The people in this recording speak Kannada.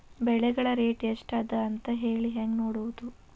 ಬೆಳೆಗಳ ರೇಟ್ ಎಷ್ಟ ಅದ ಅಂತ ಹೇಳಿ ಹೆಂಗ್ ನೋಡುವುದು?